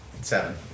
Seven